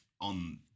on